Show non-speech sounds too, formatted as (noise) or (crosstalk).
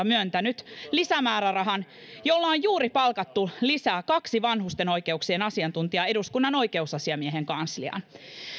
(unintelligible) myöntänyt lisämäärärahan jolla on juuri palkattu lisää kaksi vanhusten oikeuksien asiantuntijaa eduskunnan oikeusasiamiehen kansliaan